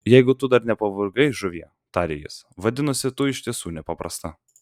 jeigu tu dar nepavargai žuvie tarė jis vadinasi tu iš tiesų nepaprasta